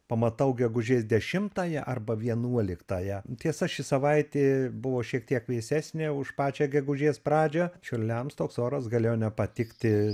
pamatau gegužės dešimtąją arba vienuoliktąją tiesa ši savaitė buvo šiek tiek vėsesnė už pačią gegužės pradžią čiurliams toks oras galėjo nepatikti